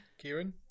Kieran